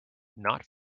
not